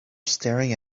staring